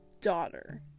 daughter